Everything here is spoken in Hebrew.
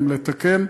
אם לתקן.